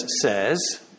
says